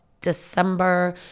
December